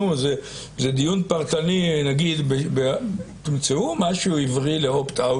זה דיון פרטני תמצאו משהו עברי ל-opt-out